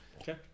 Okay